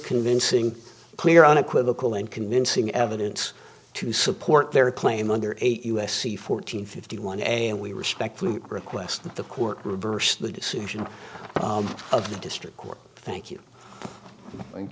convincing clear unequivocal and convincing evidence to support their claim under eight us c fourteen fifty one a and we respect lute requests that the court reverse the decision of the district court thank you thank